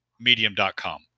medium.com